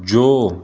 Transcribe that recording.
ਜੋ